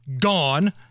gone